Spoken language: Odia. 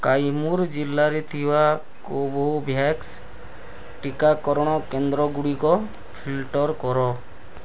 କାଇମୁର ଜିଲ୍ଲାରେ ଥିବା କୋଭୋଭ୍ୟାକ୍ସ୍ ଟିକାକରଣ କେନ୍ଦ୍ରଗୁଡ଼ିକ ଫିଲ୍ଟର୍ କର